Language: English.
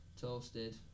toasted